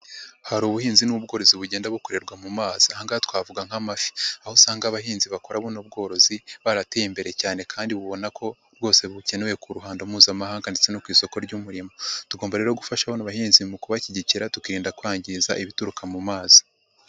Hari ubuhinzi n'ubworozi bugenda bukorerwa mu mazi. Aha ngaha twavuga nk'amafi. Aho usanga abahinzi bakora buno bworozi, barateye imbere cyane kandi ubona ko bwose bukenewe ku ruhando mpuzamahanga ndetse no ku isoko ry'umurimo. Tugomba rero gufasha bano abahinzi mu kubashyigikira, tukirinda kwangiza ibituruka mu mazi.